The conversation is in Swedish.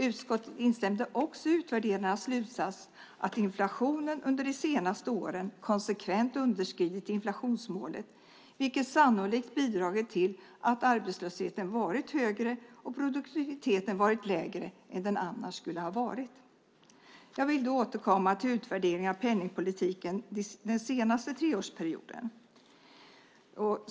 Utskottet instämde också i utvärderarnas slutsats att inflationen under de senaste åren konsekvent underskridit inflationsmålet, vilket sannolikt bidragit till att arbetslösheten varit högre och produktiviteten lägre än den annars skulle ha varit. Jag vill återkomma till utvärderingen av penningpolitiken den senaste treårsperioden.